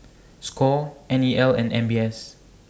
SCORE N E L and M B S